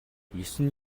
есөн